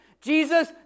Jesus